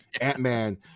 Ant-Man